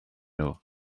nhw